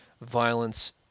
violence